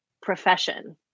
profession